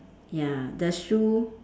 ya the shoe